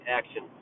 action